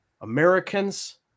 Americans